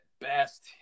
best